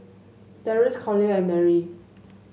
Terrance Collier and Merrie